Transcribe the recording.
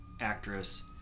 actress